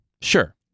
Sure